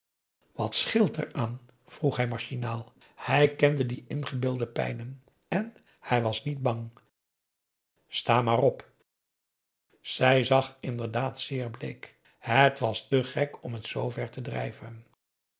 wat scheelt er aan vroeg hij machinaal hij kende die ingebeelde pijnen en hij was niet bang sta maar op zij zag inderdaad zeer bleek het was te gek om t zoover te drijven